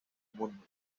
mundo